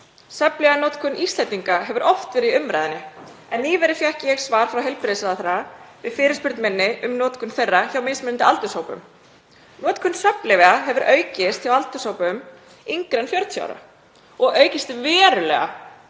Svefnlyfjanotkun Íslendinga hefur oft verið í umræðunni en nýverið fékk ég svar frá heilbrigðisráðherra við fyrirspurn minni um notkun þeirra hjá mismunandi aldurshópum. Notkun svefnlyfja hefur aukist hjá aldurshópum yngri en 40 ára og aukist verulega